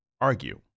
argue